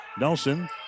Nelson